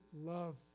love